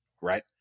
right